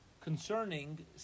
concerning